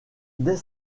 dès